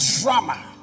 drama